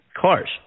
cars